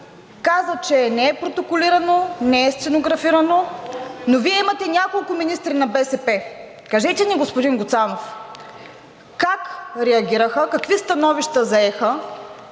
каза, че не е протоколирано, не е стенографирано, но Вие имате няколко министри на БСП, кажете ни, господин Гуцанов: как реагираха, какви становища заеха